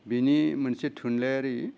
बेनि मोनसे थुनलाइयारि